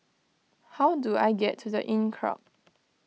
how do I get to the Inncrowd